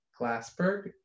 Glassberg